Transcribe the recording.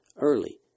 early